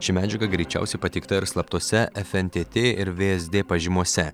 ši medžiaga greičiausiai pateikta ir slaptose fntt ir vsd pažymose